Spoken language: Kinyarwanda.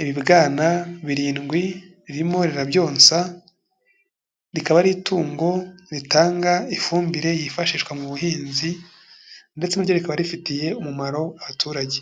ibibwana birindwi ririmo rirabyonsa, rikaba ari itungo ritanga ifumbire yifashishwa mu buhinzi ndetse na ryo rikaba rifitiye umumaro abaturage.